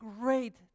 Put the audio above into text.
great